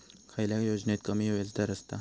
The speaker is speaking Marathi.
खयल्या योजनेत कमी व्याजदर असता?